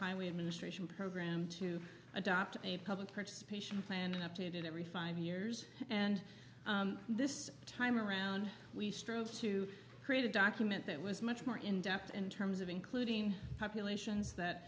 highway administration program to adopt a public participation plan updated every five years and this time around we strove to create a document that was much more in depth in terms of including populations that